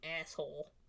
asshole